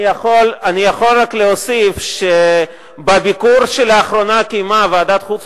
אני יכול רק להוסיף שבביקור שלאחרונה קיימה ועדת החוץ